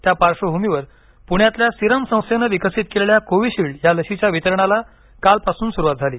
त्या पार्श्वभूमीवर पुण्यातल्या सीरम संस्थेनं विकसित केलेल्या कोव्हीशिल्ड या लशीच्या वितरणाला कालपासून सुरुवात झाली